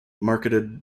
marketed